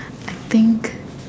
I think